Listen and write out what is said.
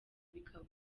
bikaba